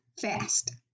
fast